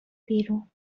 بیرون